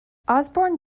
osborne